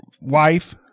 wife